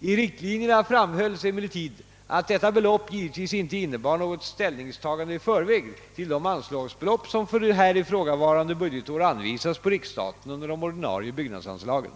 I riktlinjerna framhölls emellertid att detta belopp givetvis inte innebar något ställningstagande i förväg till de anslagsbelopp, som för här ifrågavarande budgetår anvisas på riksstaten under de ordinarie byggnadsanslagen.